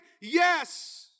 Yes